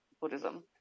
Buddhism